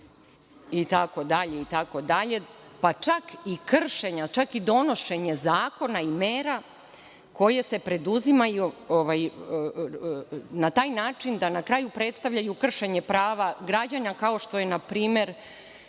itd, itd, pa čak i kršenja, čak i donošenje zakona i mera koje se preduzimaju na taj način da na kraju predstavljaju kršenje prava građana, kao što je npr.